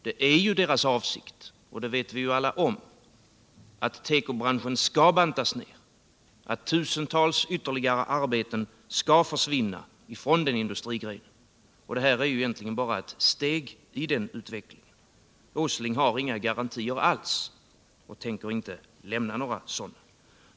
Det är ju deras avsikt, och det vet vi alla om, att tekobranschen skall bantas ned, att ytterligare tusentals arbeten skall försvinna. Detta är egentligen bara ett steg i den riktningen. Nils Åsling har inga garantier alls och tänker inte lämna några sådana.